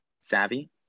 Savvy